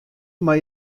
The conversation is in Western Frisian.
mar